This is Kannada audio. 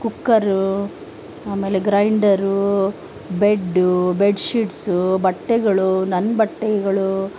ಕುಕ್ಕರು ಆಮೇಲೆ ಗ್ರೈಂಡರೂ ಬೆಡ್ಡು ಬೆಡ್ ಶೀಟ್ಸು ಬಟ್ಟೆಗಳು ನನ್ನ ಬಟ್ಟೆಗಳು